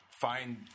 find